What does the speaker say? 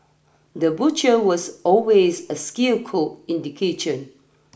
the butcher was always a skilled cook in the kitchen